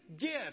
gift